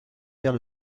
vers